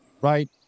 right